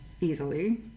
easily